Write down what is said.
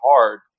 hard